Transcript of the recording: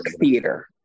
Theater